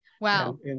Wow